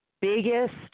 Biggest